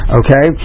okay